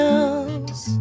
else